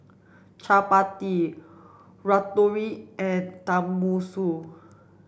Chapati Ratatouille and Tenmusu